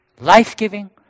life-giving